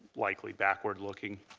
likely backward looking.